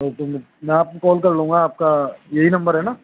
okay मैं मैं आपको कॉल कर लूँगा आपका यही नंबर है ना